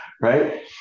right